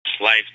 life